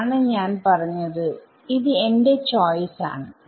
അതാണ് ഞാൻ പറഞ്ഞത് ഇത് എന്റെ ചോയ്സ് ആണ്